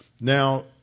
Now